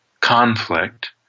conflict